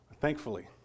Thankfully